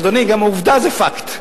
אדוני, אבל גם עובדה זה fact.